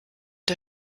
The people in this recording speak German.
der